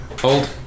Hold